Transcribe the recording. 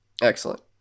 Excellent